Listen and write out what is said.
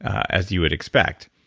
as you would expect.